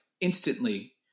instantly